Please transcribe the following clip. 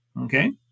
okay